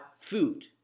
food